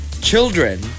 children